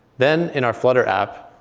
then, in our flutter app,